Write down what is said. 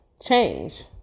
change